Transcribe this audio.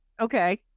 Okay